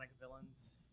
villains